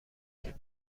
کرایه